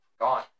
Gone